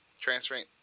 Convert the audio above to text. transferring